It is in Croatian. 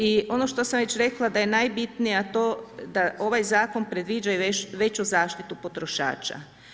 I ono što sam već rekla da je najbitnije to da ovaj zakon predviđa i veću zaštitu potrošača.